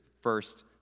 first